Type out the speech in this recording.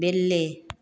बिल्ली